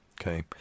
Okay